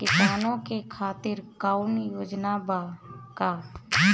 किसानों के खातिर कौनो योजना बा का?